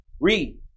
Read